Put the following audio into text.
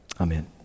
Amen